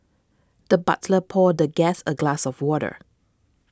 the butler poured the guest a glass of water